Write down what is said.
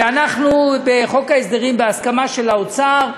ואנחנו, בחוק ההסדרים, בהסכמה של האוצר,